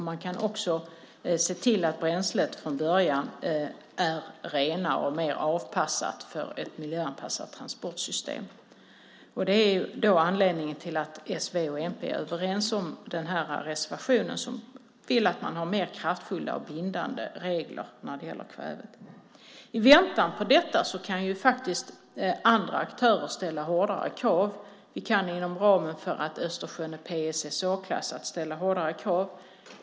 Man kan också se till att bränslet från början är renare och mer avpassat för ett miljöanpassat transportsystem. Det är då anledningen till att s, v och mp är överens om den här reservationen, där vi vill att man har mer kraftfulla och bindande regler när det gäller kvävet. I väntan på detta kan faktiskt andra aktörer ställa hårdare krav. Vi kan inom ramen för att Östersjön är PSSA-klassad ställa hårdare krav.